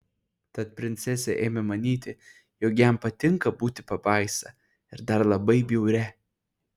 tad princesė ėmė manyti jog jam patinka būti pabaisa ir dar labai bjauria